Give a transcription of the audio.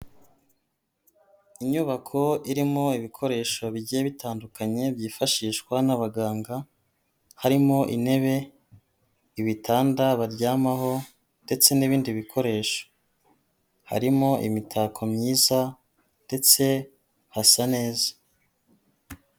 Inyubako irimo ibikoresho bigiye bitandukanye, byifashishwa n'abaganga, harimo intebe, ibitanda baryamaho ndetse n'ibindi bikoresho, harimo imitako myiza ndetse hasa neza.